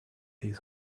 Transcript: his